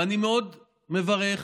ואני מאוד מברך